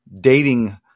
dating